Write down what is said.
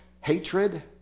hatred